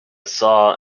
saw